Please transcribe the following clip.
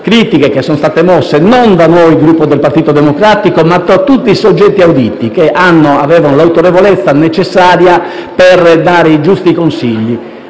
critiche che sono state mosse non da noi, Gruppo Partito Democratico, ma da tutti i soggetti auditi che hanno l'autorevolezza necessaria per dare i giusti consigli.